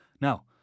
now